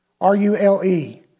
R-U-L-E